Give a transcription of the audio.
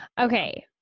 Okay